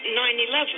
9-11